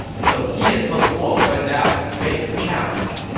so he and meng huo went out to face the challenge.